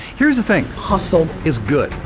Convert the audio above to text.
here's the thing. hustle. is good.